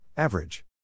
Average